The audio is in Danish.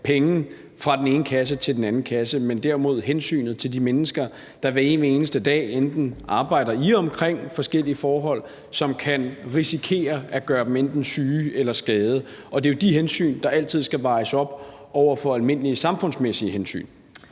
penge fra den ene kasse til den anden kasse, men derimod som et udtryk for, at de tager hensyn til de mennesker, der hver evig eneste dag enten arbejder i eller med forskellige forhold, som kan risikere at gøre dem enten syge eller skadede. Det er jo de hensyn, der altid skal vejes op over for almindelige samfundsmæssige hensyn.